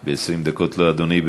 לא, ב-20 דקות לא, אדוני.